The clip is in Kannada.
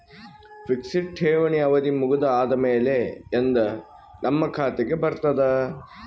ಫಿಕ್ಸೆಡ್ ಠೇವಣಿ ಅವಧಿ ಮುಗದ ಆದಮೇಲೆ ಎಂದ ನಮ್ಮ ಖಾತೆಗೆ ಬರತದ?